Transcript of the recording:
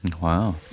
Wow